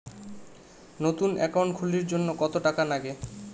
নতুন একাউন্ট খুলির জন্যে কত টাকা নাগে?